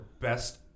best